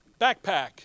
backpack